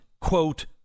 quote